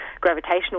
gravitational